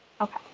Okay